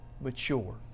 mature